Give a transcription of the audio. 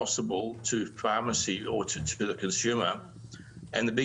הגדולות ביותר לבתי מרקחות או לצרכנים וגם